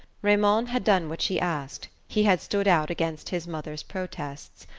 raymond had done what she asked he had stood out against his mother's protests,